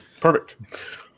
Perfect